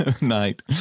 Night